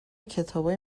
کتابای